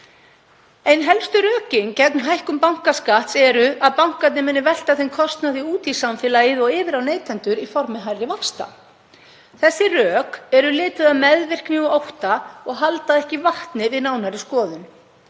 Ein helstu rökin gegn hækkun bankaskatts eru að bankarnir muni velta þeim kostnaði út í samfélagið og yfir á neytendur í formi hærri vaxta. Þau rök eru lituð af meðvirkni og ótta og halda ekki vatni við nánari skoðun.